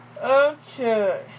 Okay